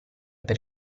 per